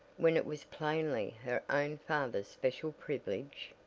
when it was plainly her own father's special privilege?